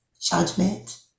judgment